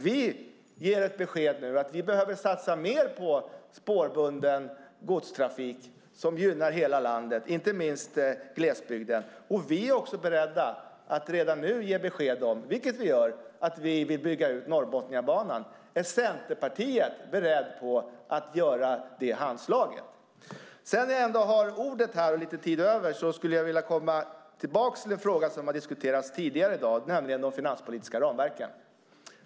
Vi ger nu beskedet att vi behöver satsa mer på spårbunden godstrafik som gynnar hela landet, inte minst glesbygden, och vi är också beredda att redan nu ge besked, vilket vi också gör, att vi vill bygga ut Norrbotniabanan. Är Centerpartiet berett att göra det handslaget? När jag ändå har ordet och lite tid över vill jag komma tillbaka till en fråga som har diskuterats tidigare i dag, nämligen de finanspolitiska ramverken.